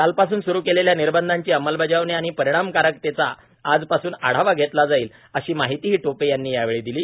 कालपासून सुरु केलेल्या निर्बंधांची अंमलबजावणी आणि परिणामकारकतेचा आजपासून आढावा घेतला जाईल अशी माहितीही टोपे यांनी यावेळी दिली